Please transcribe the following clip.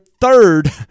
third